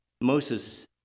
Moses